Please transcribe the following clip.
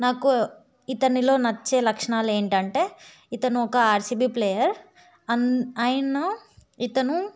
నాకు ఇతనిలో నచ్చే లక్షణాలు ఏంటంటే ఇతను ఒక ఆర్సీబీ ప్లేయర్ ఐ నో ఇతను